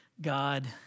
God